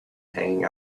hanging